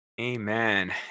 Amen